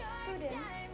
students